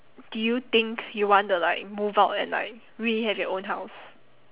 do you think you want to like move out and like really have your own house